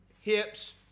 hips